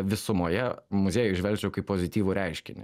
visumoje muziejų įžvelgčiau kaip pozityvų reiškinį